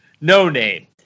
no-name